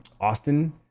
austin